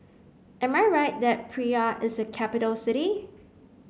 am I right that Praia is a capital city